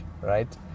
right